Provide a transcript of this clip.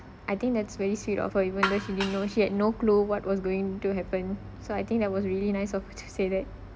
I think that's very sweet of her even though she didn't know she had no clue what was going to happen so I think that was really nice of her to say that